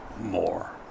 more